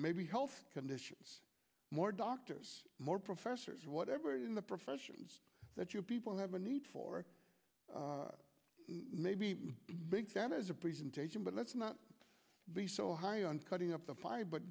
maybe health conditions more doctors more professors whatever in the professions that you people have a need for maybe big sam is a presentation but let's not be so high on cutting up the pie but